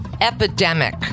Epidemic